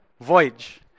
voyage